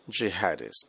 jihadists